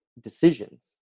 decisions